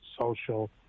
social